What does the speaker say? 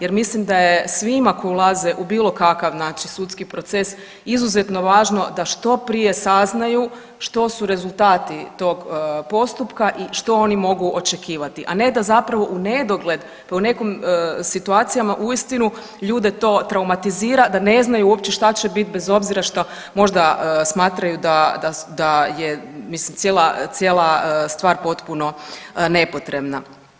Jer mislim da je svima koji ulaze u bilo kakav, znači sudski proces izuzetno važno da što prije saznaju što su rezultati tog postupka i što oni mogu očekivati, a ne da zapravo u nedogled, pa u nekim situacijama uistinu ljude to traumatizira da ne znaju uopće šta će biti bez obzira šta smatraju da je cijela stvar potpuno nepotrebna.